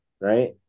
right